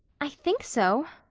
i think so,